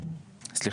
יש לה